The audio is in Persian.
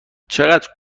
چقدر